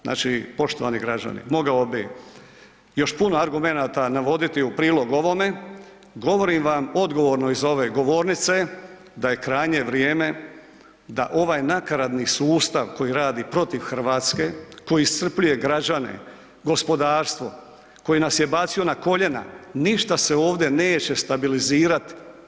Znači poštovani građani, mogao bih još puno argumenata navoditi u prilog ovome, govorim vam odgovorno s ove govornice da je krajnje vrijeme da ovaj nakaradni sustav koji radi protiv Hrvatske, koji iscrpljuje građane, gospodarstvo koji nas je bacio na koljena ništa se ovdje neće stabilizirat.